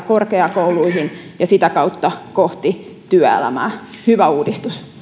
korkeakouluihin ja sitä kautta kohti työelämää hyvä uudistus